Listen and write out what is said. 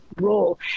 role